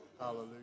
Hallelujah